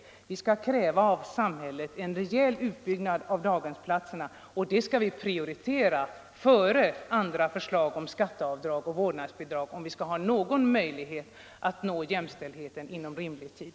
Därför skall vi kräva av samhället en rejäl utbyggnad av daghemsplatserna, och det skall vi prioritera framför andra förslag om skatteavdrag och vårdnadsbidrag, om vi skall ha någon möjlighet att nå jämställdheten inom rimlig tid.